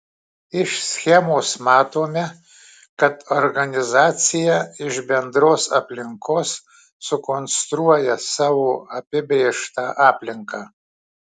iš schemos matome kad organizacija iš bendros aplinkos sukonstruoja savo apibrėžtą aplinką